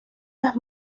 las